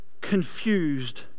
confused